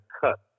cut